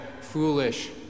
foolish